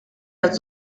las